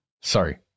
Sorry